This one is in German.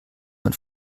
man